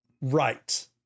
Right